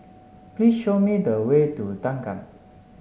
please show me the way to Thanggam